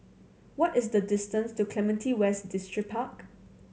what is the distance to Clementi West Distripark